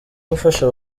gufasha